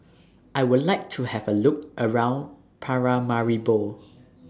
I Would like to Have A Look around Paramaribo